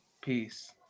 Peace